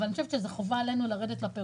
אבל אני חושבת שחובה עלינו לרדת לפירוט.